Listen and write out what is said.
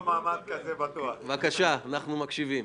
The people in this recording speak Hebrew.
במשק, כאשר מיד אחריו - הכנסה ממוצעת לנפש.